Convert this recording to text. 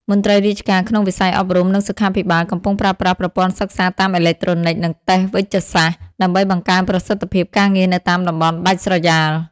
មន្ត្រីរាជការក្នុងវិស័យអប់រំ និងសុខាភិបាលកំពុងប្រើប្រាស់ប្រព័ន្ធសិក្សាតាមអេឡិចត្រូនិក និងតេឡេវេជ្ជសាស្ត្រ ដើម្បីបង្កើនប្រសិទ្ធភាពការងារនៅតាមតំបន់ដាច់ស្រយាល។